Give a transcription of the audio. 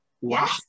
Wow